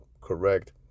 correct